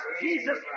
Jesus